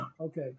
Okay